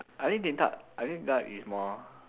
I think Din-Tat I think Din-Tat is more